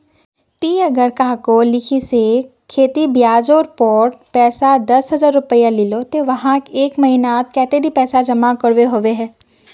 ती अगर कहारो लिकी से खेती ब्याज जेर पोर पैसा दस हजार रुपया लिलो ते वाहक एक महीना नात कतेरी पैसा जमा करवा होबे बे?